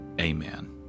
Amen